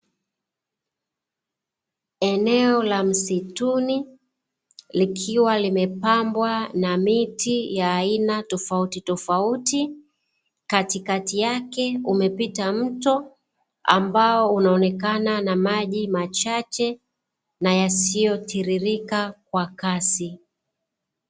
Eneo la msituni, likiwa limepambwa na miti ya aina tofauti tofauti, katikati yake umepita mto ambao unaonekana na maji machache na yasiyotiririka kwa kasi.